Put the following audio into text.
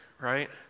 right